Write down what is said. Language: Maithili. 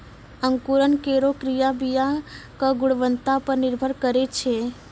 अंकुरन केरो क्रिया बीया क गुणवत्ता पर निर्भर करै छै